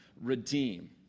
redeem